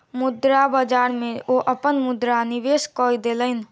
मुद्रा बाजार में ओ अपन मुद्रा निवेश कय देलैन